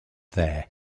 there